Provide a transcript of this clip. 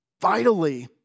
vitally